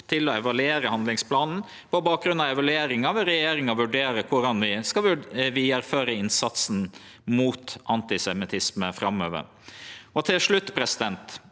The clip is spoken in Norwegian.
til å evaluere handlingsplanen. På bakgrunn av evalueringa vil regjeringa vurdere korleis vi skal vidareføre innsatsen mot antisemittisme framover. Til slutt: Det